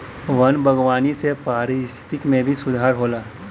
वन बागवानी से पारिस्थिकी में भी सुधार होला